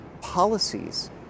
policies